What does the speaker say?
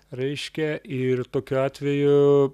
reiškia ir tokiu atveju